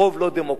רוב לא דמוקרטי,